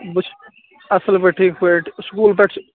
بہٕ چھُس اَصٕل پٲٹھۍ ٹھیٖک پٲٹھۍ سُکوٗل پٮ۪ٹھ چھِ